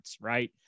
right